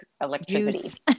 electricity